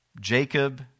Jacob